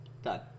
Done